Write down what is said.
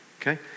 Okay